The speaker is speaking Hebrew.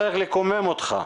לקומם אותך.